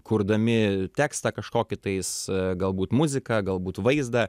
kurdami tekstą kažkokį tais galbūt muziką galbūt vaizdą